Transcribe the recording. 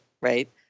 Right